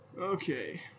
Okay